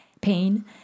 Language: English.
pain